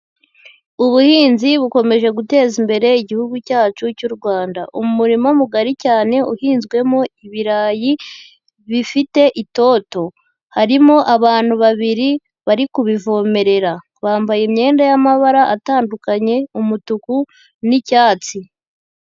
Ubuhinzi bukomeje guteza imbere igihugu cyacu cy'u Rwanda, Umurima mugari cyane, uhinzwemo ibirayi bifite itoto. Harimo abantu babiri bari kubivomerera. Bambaye imyenda y'amabara atandukanye, umutuku n'icyatsi.